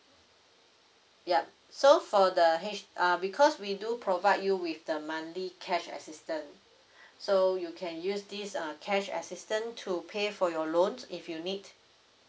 yup so for the h~ err because we do provide you with the monthly cash assistance so you can use this uh cash assistance to pay for your loan if you need